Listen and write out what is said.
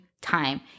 time